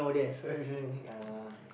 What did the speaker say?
so I think uh